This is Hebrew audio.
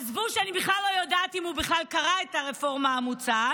עזבו שאני בכלל לא יודעת אם הוא בכלל קרא את הרפורמה המוצעת,